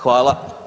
Hvala.